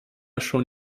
schon